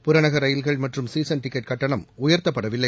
புறநகர் ரயில்கள் மற்றும் சீசன் டிக்கெட் கட்டணம் உயர்த்தப்படவில்லை